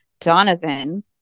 Donovan